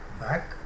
back